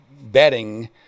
betting